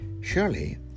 Surely